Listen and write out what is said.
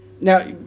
now